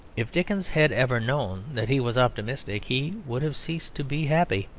if dickens had ever known that he was optimistic, he would have ceased to be happy.